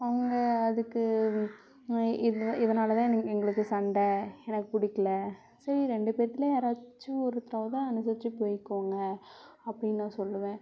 அவங்க அதுக்கு இது இதனால தான் எனு எங்களுக்கு சண்டை எனக்கு பிடிக்கில சரி ரெண்டு பேத்தில் யாராச்சும் ஒருத்தராவது அனுசரித்து போய்க்கோங்க அப்படின்னு நான் சொல்லுவேன்